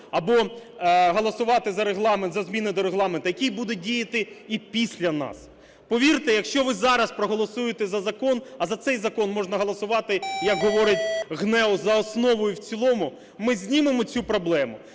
за Регламент, за зміни до Регламенту, який буде діяти і після нас. Повірте, якщо ви зараз проголосуєте за закон, а за цей закон можна голосувати, як говорить ГНЕУ, за основу і в цілому, ми знімемо цю проблему,